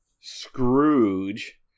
scrooge